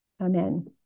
Amen